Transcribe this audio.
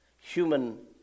human